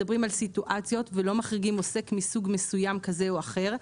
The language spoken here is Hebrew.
מדברים על סיטואציות ולא מחריגים עוסק מסוג מסוים כזה או אחר,